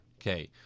Okay